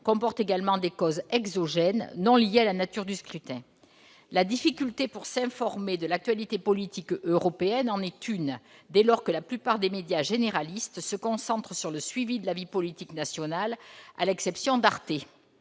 comporte également des « causes exogènes », non liées à la nature du scrutin. La difficulté pour s'informer de l'actualité politique européenne en est une, dès lors que la plupart des médias « généralistes », à l'exception d'Arte, se concentrent sur le suivi de la vie politique nationale. Certains sites